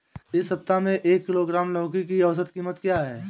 इस सप्ताह में एक किलोग्राम लौकी की औसत कीमत क्या है?